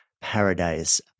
paradise